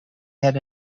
had